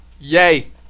Yay